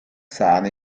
sahne